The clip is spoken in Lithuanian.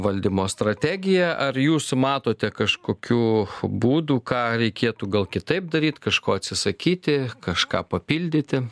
valdymo strategiją ar jūs matote kažkokių būdų ką reikėtų gal kitaip daryt kažko atsisakyti kažką papildyti